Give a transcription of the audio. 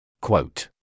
Quote